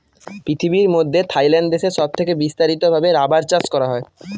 পৃথিবীর মধ্যে থাইল্যান্ড দেশে সব থেকে বিস্তারিত ভাবে রাবার চাষ করা হয়